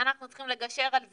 שאנחנו צריכים לגשר על זה,